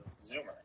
Zoomer